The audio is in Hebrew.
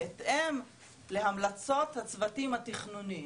בהתאם להמלצות הצוותים התכנונים,